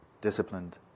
disciplined